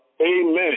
Amen